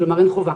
כלומר אין חובה?